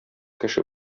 кеше